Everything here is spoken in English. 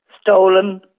stolen